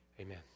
Amen